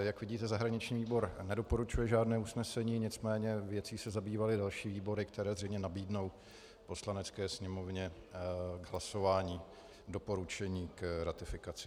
Jak vidíte, zahraniční výbor nedoporučuje žádné usnesení, nicméně věcí se zabývaly další výbory, které zřejmě nabídnou Poslanecké sněmovně k hlasování doporučení k ratifikaci.